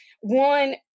One